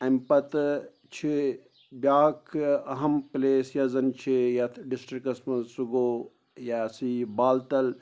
اَمہِ پَتہٕ چھِ بیٛاکھ اہم پٕلیس یۄس زَن چھِ یَتھ ڈِسٹِرٛکَس منٛز سُہ گوٚو یِہ سا یہِ بال تل